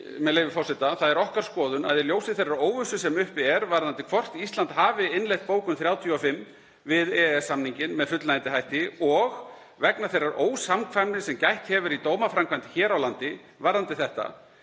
„Það er okkar skoðun að í ljósi þeirrar óvissu sem uppi er varðandi hvort Ísland hafi innleitt bókun 35 við EES-samninginn með fullnægjandi hætti og vegna þeirrar ósamkvæmni sem gætt hefur í dómaframkvæmd hér á landi varðandi þetta,